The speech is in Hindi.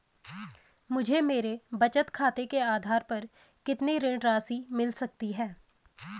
मुझे मेरे बचत खाते के आधार पर कितनी ऋण राशि मिल सकती है?